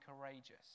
courageous